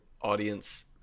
audience